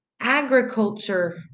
agriculture